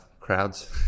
crowds